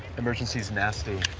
emergent see's nasty.